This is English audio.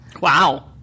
Wow